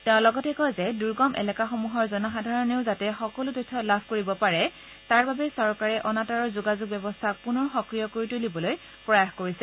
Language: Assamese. তেওঁ লগতে কয় যে দুৰ্গম এলেকাসমূহৰ জনসাধাৰণেও যাতে সকলো তথ্য লাভ কৰিব পাৰে তাৰ বাবে চৰকাৰে অনাতাঁৰৰ যোগাযোগ ব্যৱস্থাক পুনৰ সক্ৰিয় কৰি তুলিবলৈ প্ৰয়াস কৰিছে